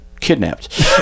Kidnapped